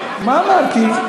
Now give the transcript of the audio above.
מה אמרתי?